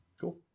cool